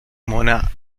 mona